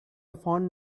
fond